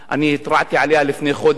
התרעתי עליה לפני חודש,